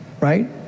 right